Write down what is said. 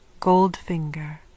Goldfinger